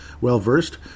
well-versed